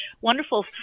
wonderful